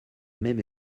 même